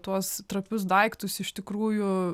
tuos trapius daiktus iš tikrųjų